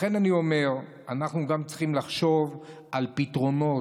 לכן אני אומר שאנחנו צריכים לחשוב על פתרונות.